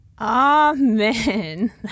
Amen